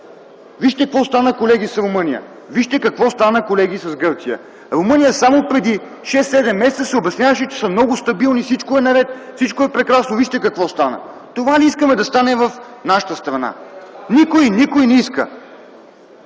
Вижте какво стана, колеги, с Румъния! Вижте какво стана, колеги, с Гърция! Румъния само преди 6-7 месеца обясняваше, че са много стабилни, че всичко е наред, че всичко е прекрасно. А вижте какво стана! Това ли искаме да стане в нашата страна? Никой, никой не иска!